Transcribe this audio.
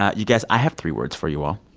ah you guys, i have three words for you all.